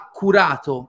curato